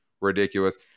ridiculous